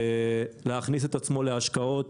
להכניס את עצמו להשקעות